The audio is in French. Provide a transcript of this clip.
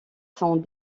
sont